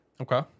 Okay